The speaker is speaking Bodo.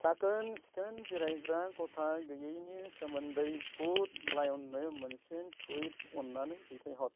साखोन सिखोन जिरायग्रा खथा गैयैनि सोमोनदै फुड लाय'ननो मोनसे टुइट अननानै दैथायहर